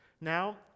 Now